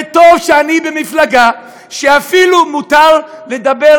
וטוב שאני במפלגה שאפילו מותר לדבר